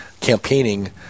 campaigning